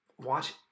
Watch